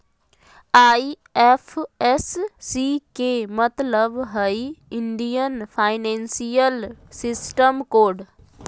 IFSC के मतलब हइ इंडियन फाइनेंशियल सिस्टम कोड